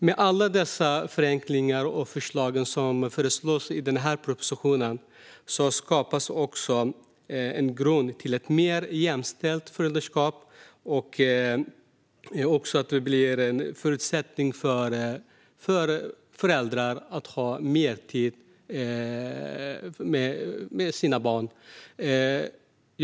Med alla de förenklingar och förslag som finns i propositionen skapas en grund för ett mer jämställt föräldraskap och förutsättningar för föräldrar att ha mer tid med sina barn.